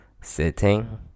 sitting